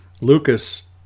Lucas